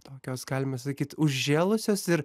tokios galima sakyt užžėlusios ir